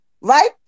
right